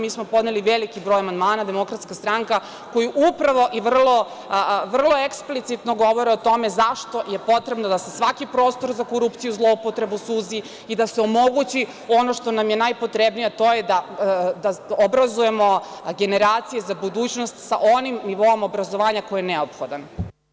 Mi smo podneli veliki broj amandmana, DS, koji vrlo eksplicitno govore o tome zašto je potrebno da se svaki prostor za korupciju i zloupotrebu suzi i da se omogući ono što nam je najpotrebnije, a to je da obrazujemo generacije za budućnost, sa onim nivoom obrazovanja koji je neophodan.